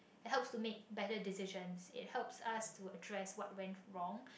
help to make better decisions it helps us to address what went wrong